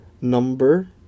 number